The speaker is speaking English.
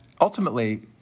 ultimately